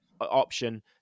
option